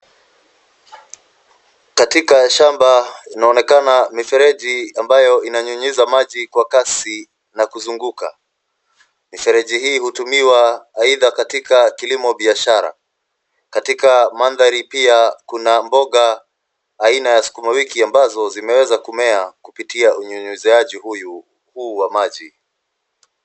Katika shamba inaonekana mifereji ambayo inanyunyiza maji kwa kasi na kuzunguka. Mifereji hii hutumiwa aidha katika kilimo biashara. Katika manthari pia kuna mboga aina ya sukuma wiki ambazo zimeweza kumea kupitia unyunyuzaiji huu.